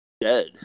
dead